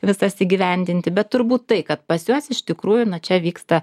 visas įgyvendinti bet turbūt tai kad pas juos iš tikrųjų čia vyksta